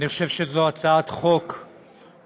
אני חושב שזו הצעת חוק מוסרית,